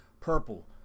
purple